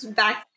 back